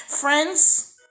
Friends